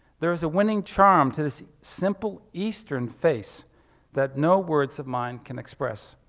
there is a winning charm to this simple eastern face that no words of mine can express.